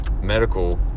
medical